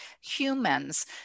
humans